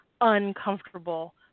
uncomfortable